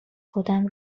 خودم